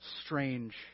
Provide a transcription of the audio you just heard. strange